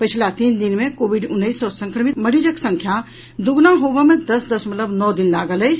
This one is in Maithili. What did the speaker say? पछिला तीन दिन मे कोविड उन्नैस सॅ संक्रमित मरीजक संख्या दुगुना होबय मे दस दशमलव नओ दिन लागल अछि